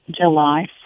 July